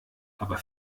aber